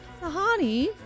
Sahani